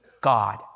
God